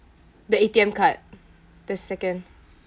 the A_T_M card the second